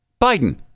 Biden